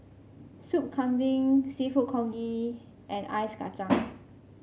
Soup Kambing seafood congee and Ice Kacang